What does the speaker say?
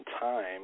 time